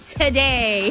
today